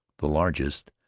the largest,